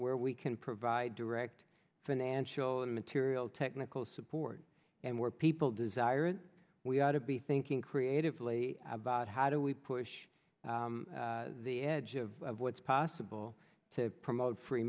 where we can provide direct financial and material technical support and where people desire we ought to be thinking creatively about how do we push the edge of what's possible to promote free